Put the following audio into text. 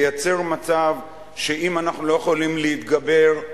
לייצר מצב שאם אנחנו לא יכולים להתגבר,